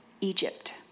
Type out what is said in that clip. Egypt